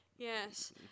Yes